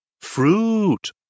fruit